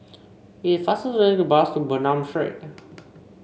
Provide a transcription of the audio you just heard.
it is faster to take the bus to Bernam Street